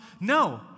No